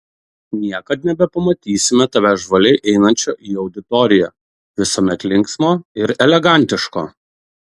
niekad nebepamatysime tavęs žvaliai einančio į auditoriją visuomet linksmo ir elegantiško